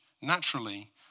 naturally